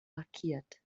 markiert